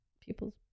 people's